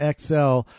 XL